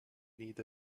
need